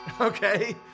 Okay